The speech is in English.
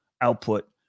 output